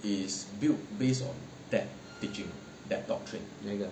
哪一个